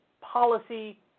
policy